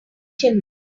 chimney